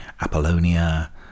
Apollonia